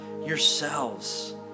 yourselves